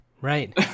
Right